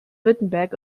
württemberg